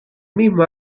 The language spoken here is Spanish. mismo